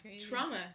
trauma